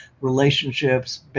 relationships